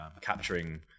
capturing